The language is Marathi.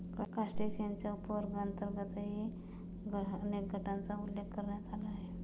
क्रस्टेशियन्सच्या उपवर्गांतर्गतही अनेक गटांचा उल्लेख करण्यात आला आहे